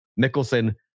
mickelson